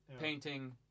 painting